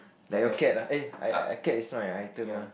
like your cat ah eh a a cat is not an item mah